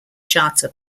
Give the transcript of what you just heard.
charter